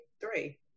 three